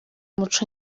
umuco